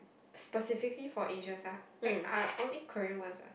specifically for Asians ah eh ah only Korean ones ah